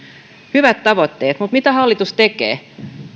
hyvät tavoitteet mutta mitä hallitus tekee